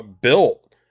built